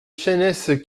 chaynesse